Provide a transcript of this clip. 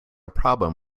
problem